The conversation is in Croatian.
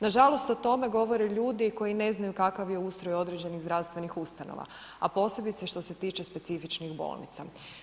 Nažalost, o tome govore ljudi koji ne znaju kakav je ustroj određenih zdravstvenih ustanova, a posebice što se tiče specifičnih bolnica.